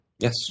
Yes